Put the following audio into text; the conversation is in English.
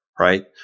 right